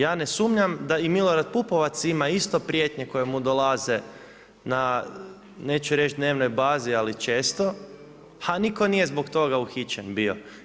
Ja ne sumnjam da i Milorad Pupovac ima isto prijetnje koje mu dolaze na, neću reći dnevnoj bazi, ali često a nitko nije zbog toga uhićen bio.